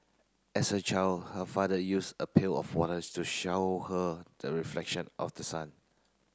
as a child her father used a pail of waters to show her the reflection of the sun